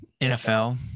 NFL